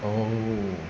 oh